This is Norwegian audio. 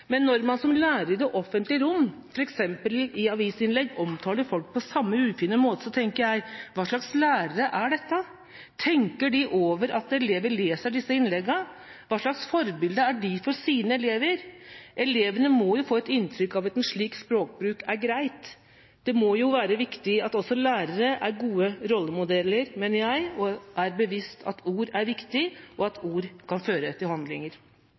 men når man som lærer opptrer i det offentlige rom, f.eks. i avisinnlegg, og omtaler folk på samme ufine måte der, tenker jeg: Hva slags lærere er dette? Tenker de over at elever leser disse innleggene? Hva slags forbilde er de for sine elever? Elevene må jo få et inntrykk av at en slik språkbruk er greit. Jeg mener det må være viktig at også lærere er gode rollemodeller, er bevisst at ord er viktig, og at ord kan føre til handlinger.